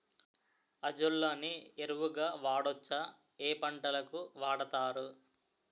Azolla ని ఎరువు గా వాడొచ్చా? ఏ పంటలకు వాడతారు?